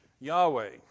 Yahweh